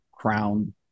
crown